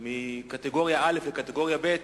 של ישראל מקטגוריה א' לקטגוריה ב',